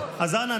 אז אנא,